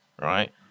right